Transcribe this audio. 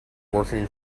working